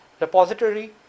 repository